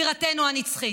בירתנו הנצחית.